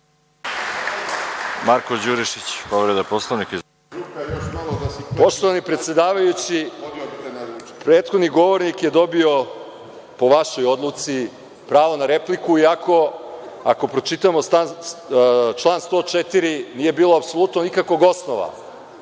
**Marko Đurišić** Poštovani predsedavajući, prethodni govornik je dobio po vašoj odluci pravo na repliku, iako ako pročitamo član 104. nije bilo apsolutno nikakvog osnova